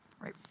right